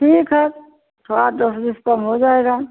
ठीक है थोड़ा दस बीस कम हो जाएगा